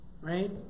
right